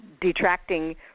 detracting